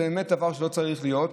זה באמת דבר שלא צריך להיות.